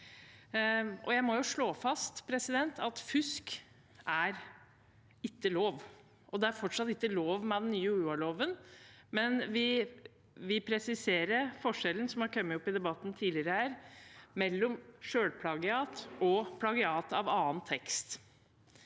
Jeg må slå fast at fusk ikke er lov. Det er fortsatt ikke lov med den nye UH-loven, men vi presiserer forskjellen som har kommet opp i debatten tidligere her, mellom selvplagiat og plagiat av annen tekst.